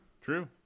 True